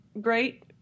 great